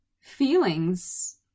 feelings